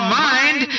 mind